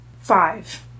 Five